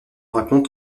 raconte